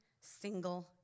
single